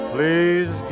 Please